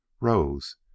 rose